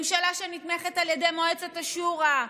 ממשלה שנתמכת על ידי מועצת השורא,